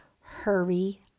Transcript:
hurry